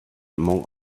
among